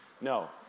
No